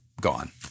gone